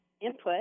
input